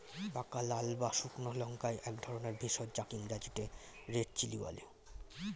পাকা লাল বা শুকনো লঙ্কা একধরনের ভেষজ যাকে ইংরেজিতে রেড চিলি বলে